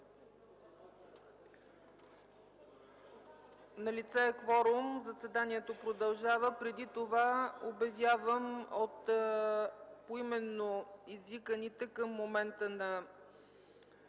Налице е кворум. Заседанието продължава. Преди това обявявам от поименно извиканите към момента на